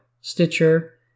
Stitcher